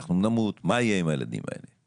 אנחנו נמות, מה יהיה עם הילדים האלה?